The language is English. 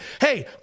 Hey